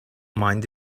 mind